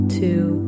two